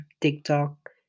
TikTok